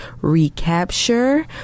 ReCAPTURE